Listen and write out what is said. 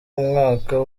umwaka